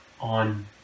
on